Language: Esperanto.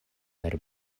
per